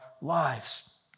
lives